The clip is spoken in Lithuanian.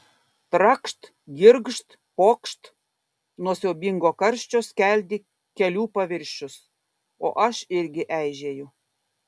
trakšt girgžt pokšt nuo siaubingo karščio skeldi kelių paviršius o aš irgi eižėju